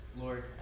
Lord